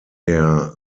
der